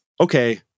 okay